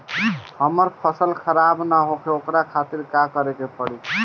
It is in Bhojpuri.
हमर फसल खराब न होखे ओकरा खातिर का करे के परी?